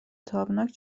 تابناک